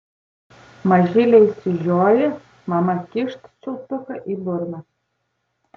mažylė išsižioja mama kyšt čiulptuką į burną